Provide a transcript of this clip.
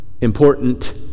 important